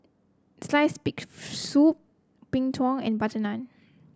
sliced big soup Png Tao and butter naan